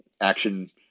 action